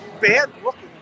bad-looking